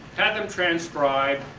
had them transcribed,